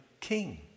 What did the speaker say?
king